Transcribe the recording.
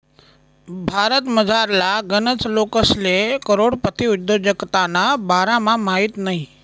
भारतमझारला गनच लोकेसले करोडपती उद्योजकताना बारामा माहित नयी